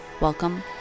Welcome